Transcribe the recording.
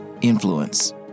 influence